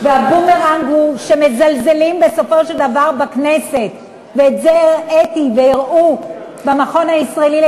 היום אנחנו ממנים ועדה ואנחנו לא